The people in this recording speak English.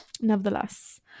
nevertheless